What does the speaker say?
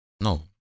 No